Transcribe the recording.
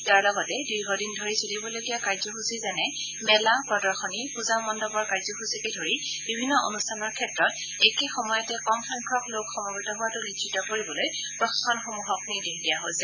ইয়াৰ লগতে দীঘদিন ধৰি চলিবলগীয়া কাৰ্যসূচী যেনে মেলা প্ৰদশণী পূজা মণ্ডপৰ কাৰ্যসূচীকে ধৰি বিভিন্ন অনুষ্ঠানৰ ক্ষেত্ৰত একে সময়তে কম সংখ্যক লোক সমবেত হোৱাটো নিশ্চিত কৰিবলৈ প্ৰশাসনসমূহক নিৰ্দেশ দিয়া হৈছে